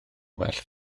well